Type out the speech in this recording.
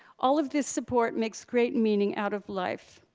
all of this support makes great meaning out of life.